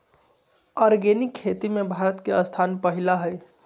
organic खेती में भारत के स्थान पहिला हइ